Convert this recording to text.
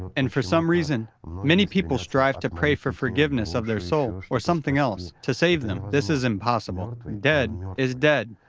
and for some reason, many people strive to pray for forgiveness of their soul or something else, to save them. this is impossible. dead is dead.